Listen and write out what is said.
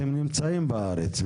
הם נמצאים בארץ,